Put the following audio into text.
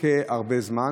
מחכה הרבה זמן.